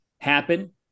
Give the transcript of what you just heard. happen